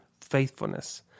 faithfulness